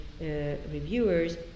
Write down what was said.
reviewers